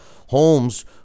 Holmes